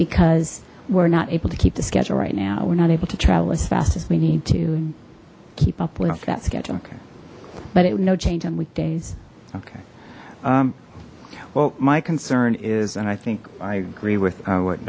because we're not able to keep the schedule right now we're not able to travel as fast as we need to keep up with that schedule okay but it would no change on weekdays okay well my concern is and i think i agree with what